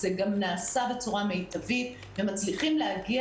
זה גם נעשה בצורה מיטבית ומצליחים להגיע